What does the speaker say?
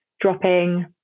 dropping